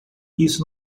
isso